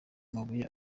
mabuye